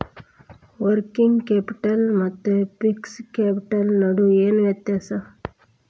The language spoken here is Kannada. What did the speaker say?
ವರ್ಕಿಂಗ್ ಕ್ಯಾಪಿಟಲ್ ಮತ್ತ ಫಿಕ್ಸ್ಡ್ ಕ್ಯಾಪಿಟಲ್ ನಡು ಏನ್ ವ್ಯತ್ತ್ಯಾಸದ?